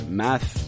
math